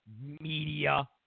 media